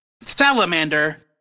Salamander